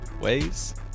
ways